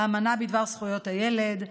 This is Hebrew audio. האמנה בדבר זכויות הילד,